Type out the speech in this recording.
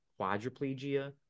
quadriplegia